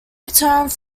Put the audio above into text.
returned